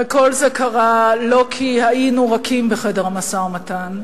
וכל זה קרה לא כי היינו רכים בחדר המשא-ומתן,